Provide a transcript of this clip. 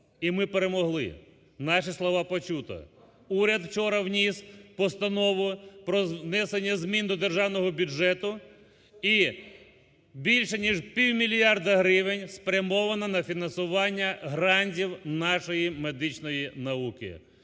І ми перемогли. Наші слова почуто. Уряд вчора вніс постанову про внесення змін до державного бюджету і більше ніж пів мільярда гривень спрямовано на фінансування грандів нашої медичної науки.